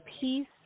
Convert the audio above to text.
peace